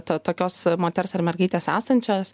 to tokios moters ar mergaitės esančios